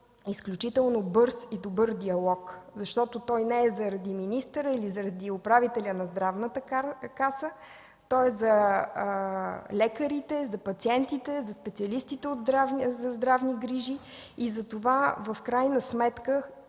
действително бърз и добър диалог, защото той не е заради министъра или управителя на Здравната каса, а е за лекарите, пациентите, специалистите по здравни грижи, в крайна сметка